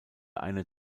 eine